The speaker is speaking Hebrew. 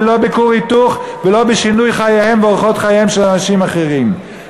ולא בכור היתוך ולא בשינוי חייהם ואורחות חייהם של אנשים אחרים.